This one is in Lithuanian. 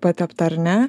patepta ar ne